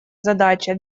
задача